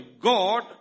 God